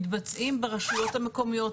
מתבצעים ברשויות המקומיות,